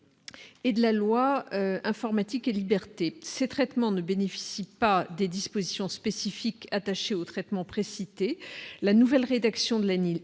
et de la loi Informatique et libertés, ces traitements ne bénéficient pas des dispositions spécifiques attaché au traitement précités, la nouvelle rédaction de l'année